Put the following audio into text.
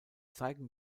zeigen